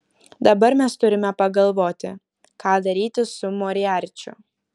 dabar mes turime pagalvoti ką daryti su moriarčiu